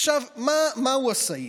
עכשיו, מהו הסעיף?